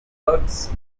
bugs